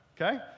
okay